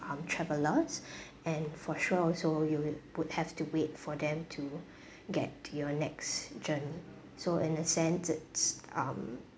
um travellers and for sure also you will would have to wait for them to get to your next journey so in a sense it's um